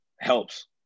helps